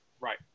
Right